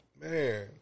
Man